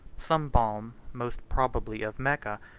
some balm, most probably of mecca,